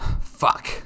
fuck